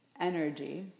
energy